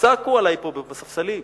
צעקו עלי פה בספסלים: